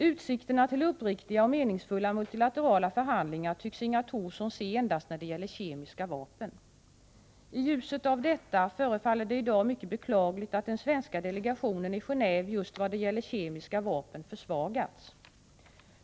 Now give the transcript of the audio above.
Utsikter till uppriktiga och meningsfulla multilaterala förhandlingar tycks Inga Thorsson se endast när det gäller kemiska vapen. I ljuset av detta förefaller det i dag mycket beklagligt att den svenska delegationen i Geneve just vad det gäller kemiska vapen försvagats.